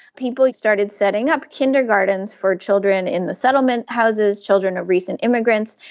people started setting up kindergartens for children in the settlement houses, children of recent immigrants,